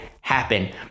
happen